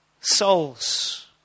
Souls